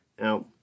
Now